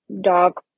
dog